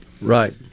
Right